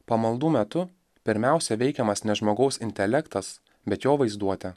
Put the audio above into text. pamaldų metu pirmiausia veikiamas ne žmogaus intelektas bet jo vaizduotė